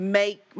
make